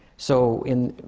so, in